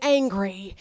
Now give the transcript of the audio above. angry